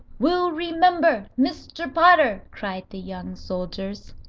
we'll remember, mr. potter, cried the young soldiers.